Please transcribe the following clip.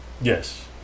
Yes